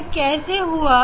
यह कैसे हुआ